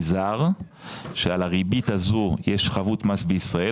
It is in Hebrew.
זר כשעל הריבית הזו יש חבות מס בישראל,